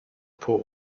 poor